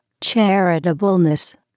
charitableness